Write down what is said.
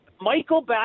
Michael